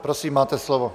Prosím, máte slovo.